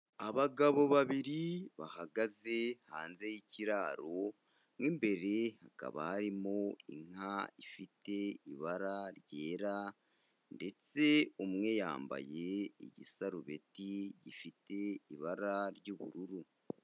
Abagabo babiri bahagaze hanze y'ikiraro, mw'imbere hakaba harimo inka ifite ibara ryera, ndetse umwe yambaye igisarubeti gifite ibara ry'ubururu.